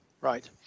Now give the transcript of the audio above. Right